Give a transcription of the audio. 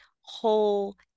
whole